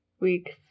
weeks